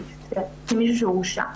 כמישהו שהורשע.